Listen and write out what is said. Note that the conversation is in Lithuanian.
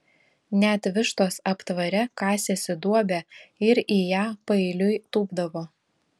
net vištos aptvare kasėsi duobę ir į ją paeiliui tūpdavo